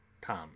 Tom